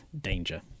danger